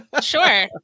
Sure